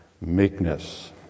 meekness